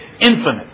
infinite